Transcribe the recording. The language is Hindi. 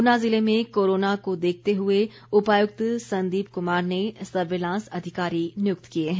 ऊना ज़िले में कोरोना को देखते हुए उपायुक्त संदीप कुमार ने सर्विलांस अधिकारी नियुक्त किए हैं